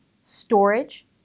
storage